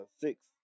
six